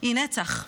היא נצח.